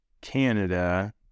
Canada